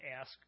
ask